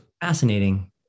fascinating